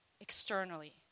externally